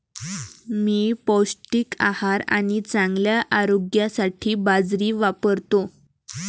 मी पौष्टिक आहार आणि चांगल्या आरोग्यासाठी बाजरी वापरतो